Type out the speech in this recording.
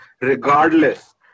regardless